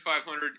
500